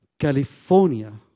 California